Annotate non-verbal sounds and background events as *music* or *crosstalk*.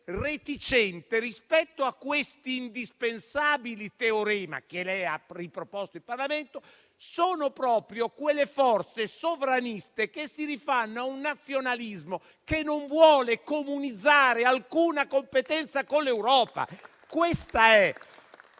europea, rispetto a questi indispensabili teoremi che lei ha riproposto il Parlamento, sono proprio quelle forze sovraniste che si rifanno a un nazionalismo che non vuole comunitarizzare alcuna competenza con l'Europa. *applause*